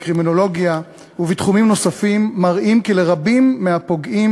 בקרימינולוגיה ובתחומים נוספים מראים כי לרבים מהפוגעים